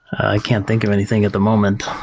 i can't think of anything at the moment.